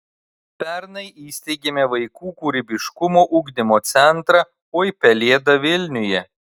pernai įsteigėme vaikų kūrybiškumo ugdymo centrą oi pelėda vilniuje